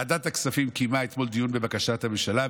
ועדת הכספים קיימה אתמול דיון בבקשת הממשלה,